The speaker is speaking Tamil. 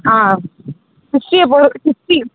ஆ ஹிஸ்ட்ரியை போ ஹிஸ்ட்ரி